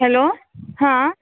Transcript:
hello हाँ